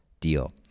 deal